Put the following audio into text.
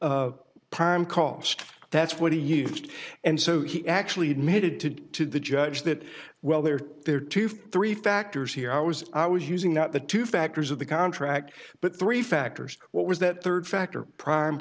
time cost that's what he used and so he actually admitted to to the judge that well they were there two for three factors here i was i was using not the two factors of the contract but three factors what was that third factor prime